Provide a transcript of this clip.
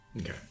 Okay